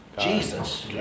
Jesus